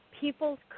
people's